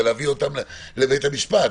זה להביא אותם לבית המשפט,